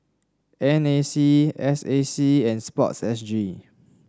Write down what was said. N A C S A C and sports S G